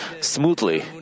smoothly